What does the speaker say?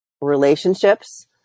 relationships